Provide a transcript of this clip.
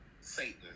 satan